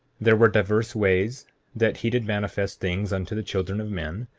there were divers ways that he did manifest things unto the children of men,